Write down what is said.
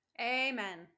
Amen